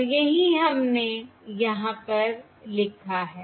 और यही हमने यहाँ पर लिखा है